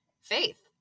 faith